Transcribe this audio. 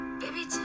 baby